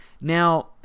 now